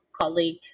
colleague